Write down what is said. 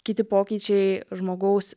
kiti pokyčiai žmogaus